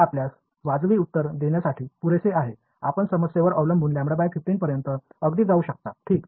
हे आपल्यास वाजवी उत्तर देण्यासाठी पुरेसे आहे आपण समस्येवर अवलंबून λ 15 पर्यंत अगदी जाऊ शकता ठीक